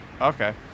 Okay